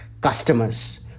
customers